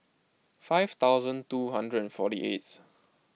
five thousand two hundred forty eight